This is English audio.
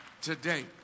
today